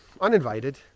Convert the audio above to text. uninvited